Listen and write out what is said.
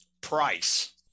price